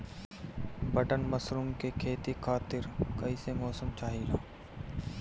Button mushroom के खेती खातिर कईसे मौसम चाहिला?